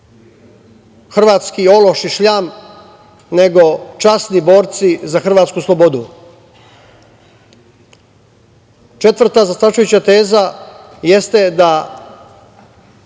hrvatski ološi, šljam, nego časni borci za hrvatsku slobodu. Četvrta zastrašujuća teza jeste da